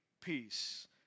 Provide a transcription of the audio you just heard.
peace